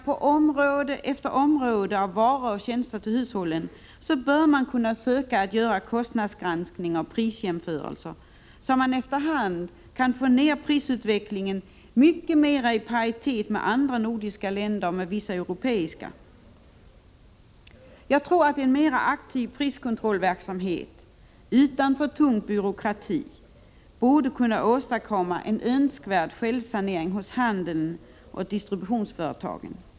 På område efter område när det gäller att tillhandahålla hushållen varor och tjänster bör man göra kostnadsgranskningar och prisjämförelser, för att efter hand få prisutvecklingen i paritet med andra nordiska länder och vissa europeiska länder. Jag tror att en mer aktiv priskontrollverksamhet utan för tung byråkrati bör kunna åstadkomma en önskvärd självsanering hos handeln och distributionsföretagen.